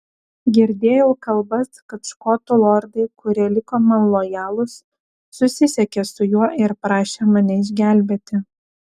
girdėjau kalbas kad škotų lordai kurie liko man lojalūs susisiekė su juo ir prašė mane išgelbėti